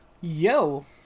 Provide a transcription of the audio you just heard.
Yo